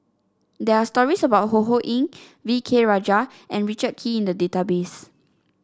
there are stories about Ho Ho Ying V K Rajah and Richard Kee in the database